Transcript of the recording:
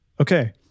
okay